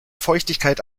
feuchtigkeit